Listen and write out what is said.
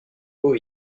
beau